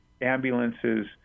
ambulances